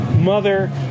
Mother